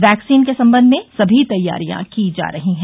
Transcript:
vaccine के संबंध में सभी तैयारियां की जा रही है